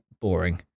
boring